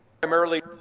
primarily